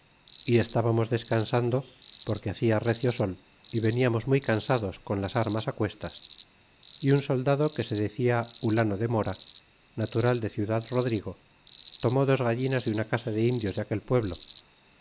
y estábamos descansando porque hacia recio sol y veniamos muy cansados con las armas cuestas y un soldado que se decia hulano de mora natural de ciudad-rodrigo tomó dos gallinas de una casa de indios de aquel pueblo